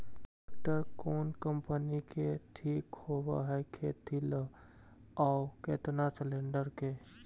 Tractor कोन company के ठीक होब है खेती ल औ केतना सलेणडर के?